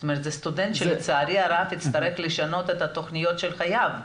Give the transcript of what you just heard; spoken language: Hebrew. זאת אומרת זה סטודנט שלצערי הרב יצטרך לשנות את התוכניות של חייו.